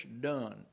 done